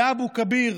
לאבו כביר,